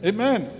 Amen